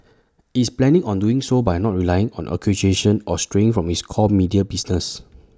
IT is planning on doing so by not relying on acquisitions or straying from its core media business